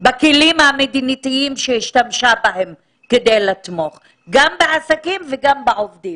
בכלים המדינתיים שבהם היא השתמשה כדי לתמוך גם בעסקים וגם בעובדים.